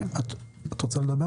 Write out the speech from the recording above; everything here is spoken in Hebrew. את רוצה לדבר?